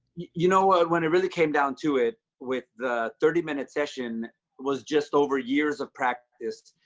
you know, when it really came down to it with the thirty minute session was just over years of practice.